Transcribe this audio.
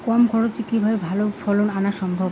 কম খরচে কিভাবে ভালো ফলন আনা সম্ভব?